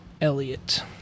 Elliot